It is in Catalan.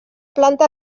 planta